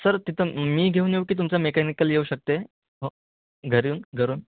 sir तिथं मी घेऊन येऊ की तुमचं मेकॅनिकल येऊ शकते हो घरी येऊन घरून